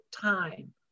time